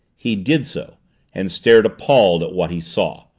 he did so and stared appalled at what he saw,